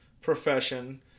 profession